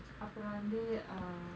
அப்புறம் வந்து:appuram vanthu uh